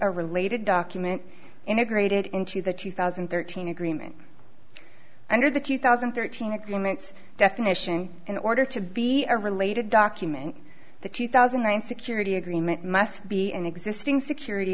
a related document integrated into the two thousand and thirteen agreement under the two thousand and thirteen agreements definition in order to be a related document the two thousand security agreement must be an existing security